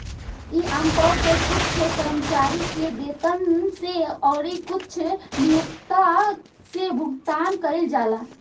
इ आमतौर पर कुछ कर्मचारी के वेतन से अउरी कुछ नियोक्ता से भुगतान कइल जाला